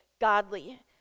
godly